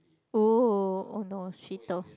!oh! !oh no! she told